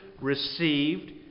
received